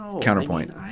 Counterpoint